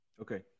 Okay